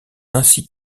ainsi